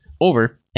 over